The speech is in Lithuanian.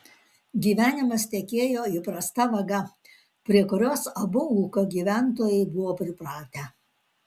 gyvenimas tekėjo įprasta vaga prie kurios abu ūkio gyventojai buvo pripratę